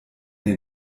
den